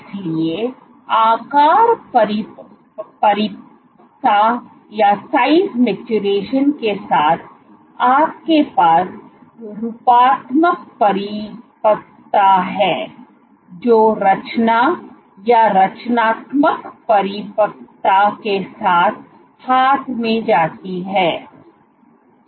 इसलिए आकार परिपक्वता size maturation के साथ आपके पास रूपात्मक परिपक्वता है जो रचना या रचनात्मक परिपक्वता के साथ हाथ में जाती है